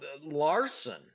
Larson